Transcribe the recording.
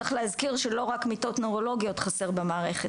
צריך לזכור שלא רק מיטות נוירולוגיות חסרות במערכת,